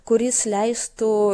kuris leistų